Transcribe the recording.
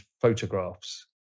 photographs